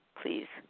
please